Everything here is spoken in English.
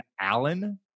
Allen